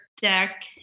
deck